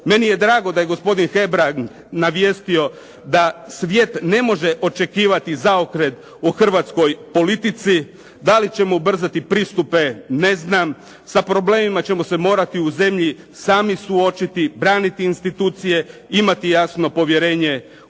Meni je drago da je gospodin Hebrang navijestio da svijet ne može očekivati zaokreti u hrvatskoj politici. Da li ćemo ubrzati pristupe ne znam. Sa problemima ćemo se morati u zemlji sami suočiti, braniti institucije, imati jasno povjerenje u